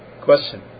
question